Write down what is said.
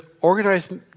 organized